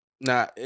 Nah